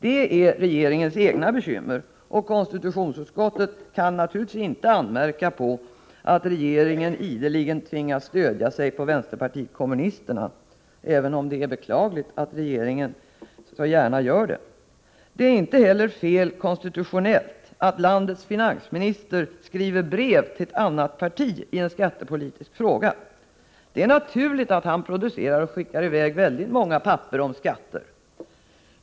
Det är regeringens egna bekymmer, och konstitutionsutskottet kan naturligtvis inte anmärka på att regeringen ideligen tvingas stödja sig på vänsterpartiet kommunisterna, även om det är beklagligt att regeringen så gärna gör det. Det är inte heller fel konstitutionellt att landets finansminister skriver brev till ett annat parti i en skattepolitisk fråga. Det är naturligt att han producerar och skickar i väg väldigt många papper om skatter.